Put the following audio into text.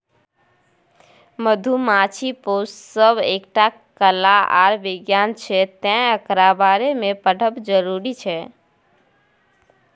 मधुमाछी पोसब एकटा कला आर बिज्ञान छै तैं एकरा बारे मे पढ़ब जरुरी छै